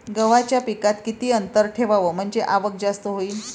गव्हाच्या पिकात किती अंतर ठेवाव म्हनजे आवक जास्त होईन?